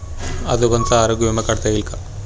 आजोबांचा आरोग्य विमा काढता येईल का?